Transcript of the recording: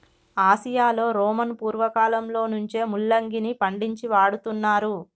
ఆసియాలో రోమను పూర్వకాలంలో నుంచే ముల్లంగిని పండించి వాడుతున్నారు